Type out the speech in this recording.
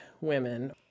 women